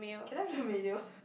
can I have the mayo